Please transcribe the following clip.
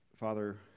Father